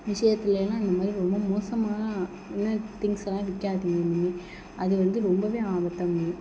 விஷயத்தில் எல்லாம் இந்த மாதிரி ரொம்ப மோசமாகல்லாம் இந்த மாதிரி திங்ஸ் எல்லாம் விற்காதீங்க இனிமேல் அது வந்து ரொம்பவே ஆபத்தாக முடியும்